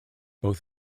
both